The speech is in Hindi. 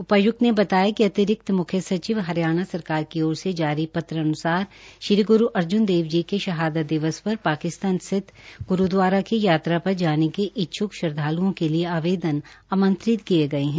उपायुक्त ने बताया कि अतिरिक्त म्ख्य सचिव हरियाणा सरकार की ओर से जारी पत्र अनुसार श्री गुरु अर्जुन देव जी के शहादत दिवस पर पाकिस्तान स्थित गुरूद्वारा की यात्रा पर जाने के इच्छ्क श्रद्घालुओं के लिए आवेदन आमंत्रित किए गए हैं